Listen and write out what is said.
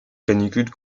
canicule